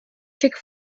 chick